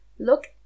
look